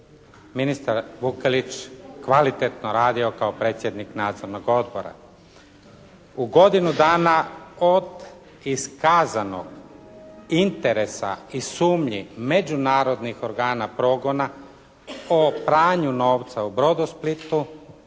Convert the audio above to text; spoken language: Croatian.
ministar Vukelić kvalitetno radio kao predsjednik nadzornog odbora. U godinu dana od iskazanog interesa i sumnji međunarodnih organa progona o pranju novca u Brodosplitu